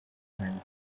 man